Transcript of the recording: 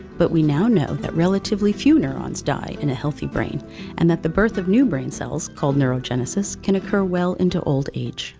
but we now know that relatively few neurons die in a healthy brain and that the birth of new brain cells, called neurogenesis, can occur well into old age